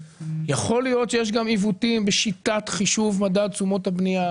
יכול להיות שיש גם עיוותים בשיטת חישוב מדד תשומות הבנייה.